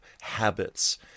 habits